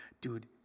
Dude